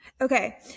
okay